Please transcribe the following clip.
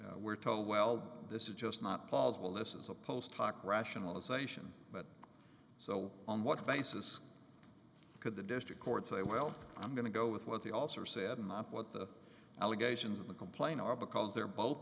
we're told well this is just not plausible this is a post hoc rationalization but so on what basis could the district court say well i'm going to go with what they also said and not what the allegations of the complain are because they're both